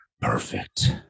perfect